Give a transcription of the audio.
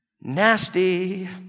Nasty